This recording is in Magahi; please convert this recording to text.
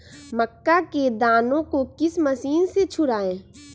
मक्का के दानो को किस मशीन से छुड़ाए?